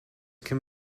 can